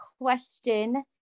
question